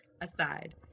aside